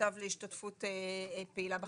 זכויותיו להשתתפות פעילה בחברה,